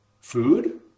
food